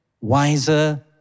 wiser